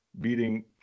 beating